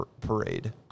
parade